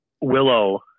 Willow